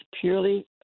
purely